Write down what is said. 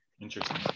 interesting